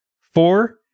Four